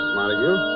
Montague